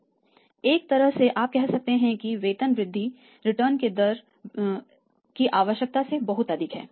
एक तरह से आप कह सकते हैं कि वेतन वृद्धि रिटर्न की दर रिटर्न की आवश्यकता से बहुत अधिक है